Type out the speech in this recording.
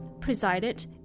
presided